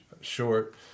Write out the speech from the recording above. short